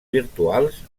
virtuals